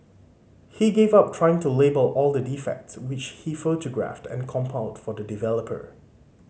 he gave up trying to label all the defects which he photographed and compiled for the developer